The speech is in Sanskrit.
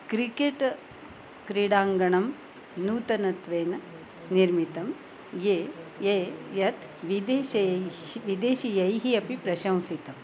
क्रिकेट् क्रीडाङ्गणं नूतनत्वेन निर्मितं ये ये यत् विदेशीयैः विदेशीयैः अपि प्रशंसितम्